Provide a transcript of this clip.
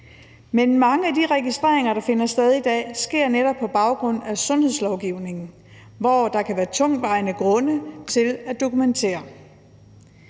af. Mange af de registreringer, der finder sted i dag, sker netop på baggrund af sundhedslovgivningen, hvor der kan være tungtvejende grunde til at dokumentere.